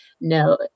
no